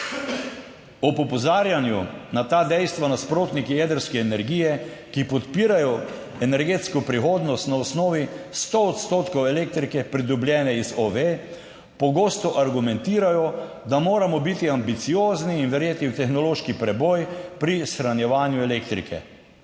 Ob opozarjanju na ta dejstva nasprotniki jedrske energije, ki podpirajo energetsko prihodnost na osnovi 100 odstotkov elektrike, pridobljene iz OVE, pogosto argumentirajo, da moramo biti ambiciozni in verjeti v tehnološki preboj pri shranjevanju elektrike.